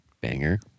Banger